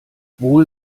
wohl